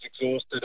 exhausted